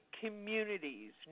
communities